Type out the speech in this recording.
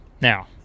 now